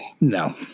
No